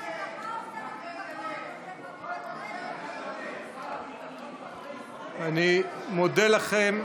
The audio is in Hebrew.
שר הרווחה או שר הביטחון, אני מודה לכם.